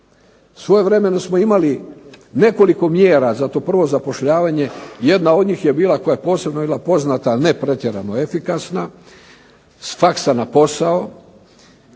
Svojevremeno smo imali nekoliko mjera za to prvo zapošljavanje, jedna od njih je bila koja je posebno bila poznata, ne pretjerano efikasna, s faksa na posao,